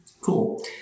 Cool